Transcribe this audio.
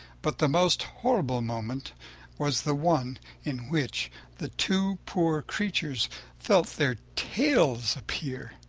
but the most horrible moment was the one in which the two poor creatures felt their tails appear.